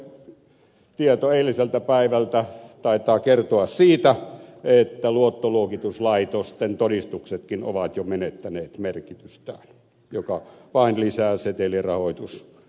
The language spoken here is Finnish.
tuore tieto eiliseltä päivältä taitaa kertoa siitä että luottoluokituslaitosten todistuksetkin ovat jo menettäneet merkitystään mikä vain lisää setelirahoitusluonnetta